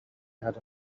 had